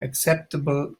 acceptable